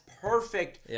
perfect